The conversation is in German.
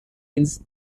ins